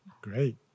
Great